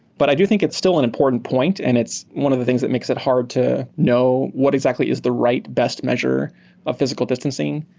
but i do think it's still an important point and it's one of the things that makes it hard to know what exactly is the right best measure of physical distancing.